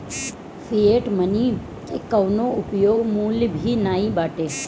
fiat money के कवनो उपयोग मूल्य भी नाइ बाटे